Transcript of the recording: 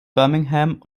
birmingham